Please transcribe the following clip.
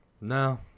No